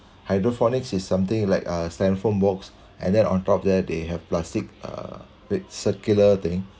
hydroponics is something like uh styrofoam box and then on top of that they have plastic uh the circular thing